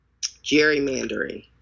gerrymandering